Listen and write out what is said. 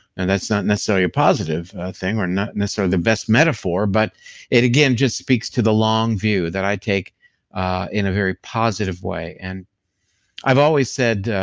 and that's not necessarily a positive thing or not necessarily the best metaphor, but it again just speaks to the long view that i take in a very positive way and i've always said